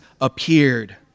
appeared